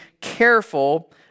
careful